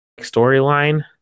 storyline